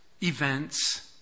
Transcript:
events